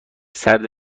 سرد